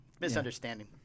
Misunderstanding